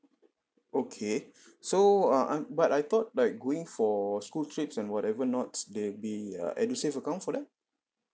okay so uh I but I thought like going for school trips and whatever nots there'll be a edusave account for that